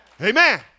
Amen